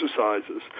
exercises